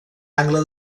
angle